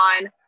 on